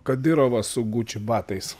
kadirovas su guči batais